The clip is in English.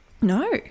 No